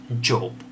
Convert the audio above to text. Job